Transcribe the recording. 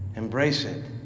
embrace it.